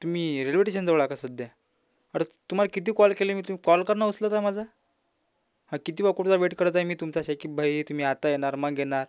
तुम्ही रेल्वे टेशनजवळ आ का सध्या अरे तुम्हाला किती कॉल केले मी तुम्ही कॉल का ना उचलत आ माझा किती वेळा कुठचा वेट करत आहे मी तुमचा सॅकीब भाई तुम्ही आता येणार मग येणार